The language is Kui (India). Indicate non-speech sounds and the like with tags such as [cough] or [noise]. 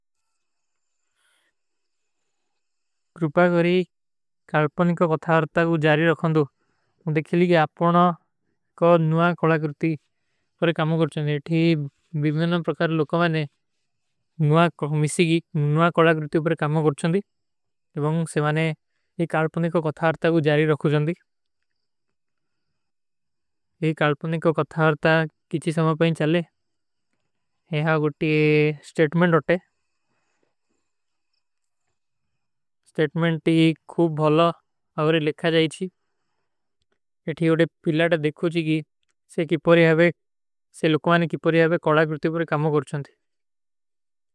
କୁରୁପା କରୀ କାଲ୍ପନୀ କୋ କଥାଵରତା କୋ ଜାରୀ ରଖନ ଦୋ। ମୁଝେ ଦେଖଲୀ କି ଆପନା କୋ ନୁଆ କଳାକୃତି ପର କାମୋଂ କର ଚୂଁଦୀ। ଇଠୀ ବିର୍ଣନା ପ୍ରକାର ଲୋଗୋଂ ମୈଂନେ [hesitation] ନୁଆ କଲାକୃତି ପର କାମୋଂ କର ଚୂଁଦୀ। କୁରୁପା କରୀ କାଲ୍ପନୀ କୋ କଥାଵରତା କୋ ଜାରୀ ରଖନ ଦୋ। [hesitation] କୁରୁପା କରୀ କାଲ୍ପନୀ କୋ କଥାଵରତା କିଛୀ ସମଝ ପହୁଁ ଚଲେ। ଏହାଁ ଗୋଟୀ ସ୍ଟେଟ୍ମେଂଡ ହୋତେ। [hesitation] ସ୍ଟେଟ୍ମେଂଡ କୀ ଖୁବ ଭଲା ଅବରେ ଲେଖା ଜାଈଚୀ। ଯେ ଥୀ ଉଡେ ପିଲାଡା ଦେଖୋ ଜୀ ଗୀ, ସେ କୀ ପର ଯାଵେ, ସେ ଲୋଗୋଂ ଆନେ କୀ ପର ଯାଵେ କୌଲାକୃତି ପର କାମୋଂ କର ଚୂଁଦୀ।